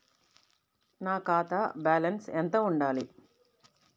నా ఖాతా బ్యాలెన్స్ ఎంత ఉండాలి?